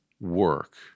work